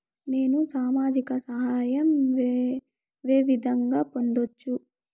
నేను సామాజిక సహాయం వే విధంగా పొందొచ్చు?